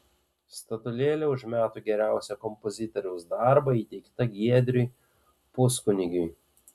statulėlė už metų geriausią kompozitoriaus darbą įteikta giedriui puskunigiui